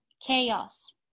Chaos